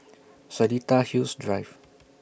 Seletar Hills Drive